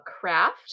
craft